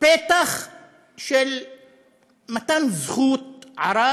פתח למתן זכות ערר,